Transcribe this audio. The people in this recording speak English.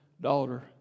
daughter